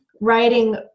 Writing